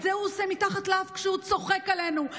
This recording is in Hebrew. את זה הוא עושה מתחת לאף, כשהוא צוחק עלינו.